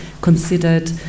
considered